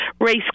race